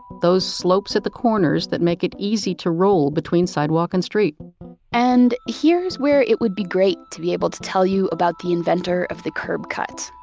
those slopes at the corners that make it easy to roll between sidewalk and street and here's where it would be great to be able tell you about the inventor of the curb cut.